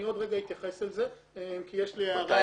אני עוד רגע אתייחס לזה, כי יש לי הערה בנושא הזה.